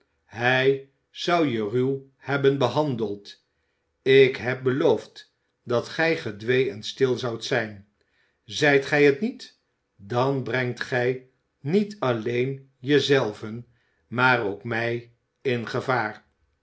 hij zou je ruw hebben behandeld ik heb beloofd dat gij gedwee en stil zoudt zijn zijt gij het niet dan brengt gij niet alleen je zelven maar ook mij in gevaar